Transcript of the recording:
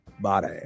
Body